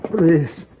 Please